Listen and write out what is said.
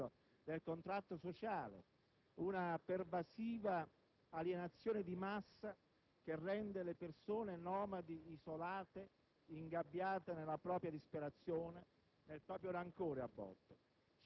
È un tema che ci trova molto sensibili e che è al centro da tempo delle nostre riflessioni, ma la grande questione democratica è la disgregazione sociale, la caduta della socializzazione, dello spirito civico, del contratto sociale,